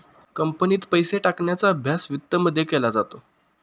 कंपनीत पैसे टाकण्याचा अभ्यास वित्तमध्ये केला जातो